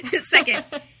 Second